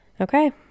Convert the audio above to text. okay